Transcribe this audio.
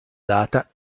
data